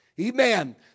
Amen